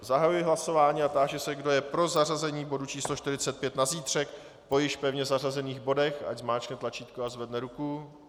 Zahajuji hlasování a táži se, kdo je pro zařazení bodu číslo 45 na zítřek po již pevně zařazených bodech, ať zmáčkne tlačítko a zvedne ruku.